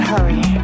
hurry